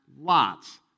lots